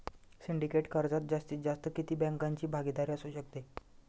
Syndicate कर्जात जास्तीत जास्त किती बँकांची भागीदारी असू शकते?